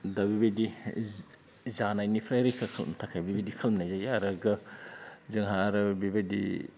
दा बेबायदि जानायनिफ्राय रैखा खालामनो थाखाय बेबायदि खालामनाय जायो आरो जोंहा आरो बेबायदि